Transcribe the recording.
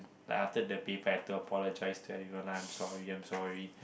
like after the paper I had to apologise to everyone lah I'm sorry I'm sorry